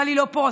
נפתלי לא פה,